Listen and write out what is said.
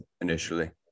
initially